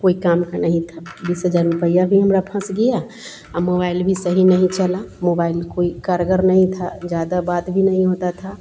कोई काम का नहीं था बीस हज़ार रुपया भी हमारे फंस गया और मोबाइल भी सही नहीं चला मोबाइल कोई करगर नहीं था ज़्यादा बात भी नहीं होती थी